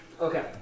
Okay